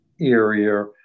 area